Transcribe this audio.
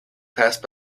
passed